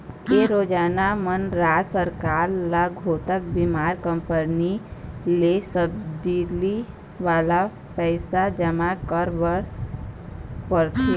ए योजना म राज सरकार ल घलोक बीमा कंपनी ल सब्सिडी वाला पइसा जमा करे बर परथे